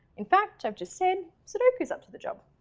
in fact, i've just said sudoku is up to the job.